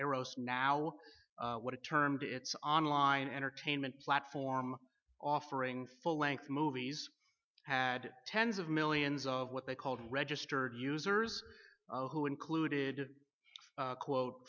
arrows now what it termed its online entertainment platform offering full length movies had tens of millions of what they called registered users who included quote